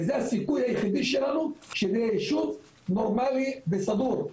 וזה הסיכוי היחידי שלנו שזה ישוב נורמלי וסדור.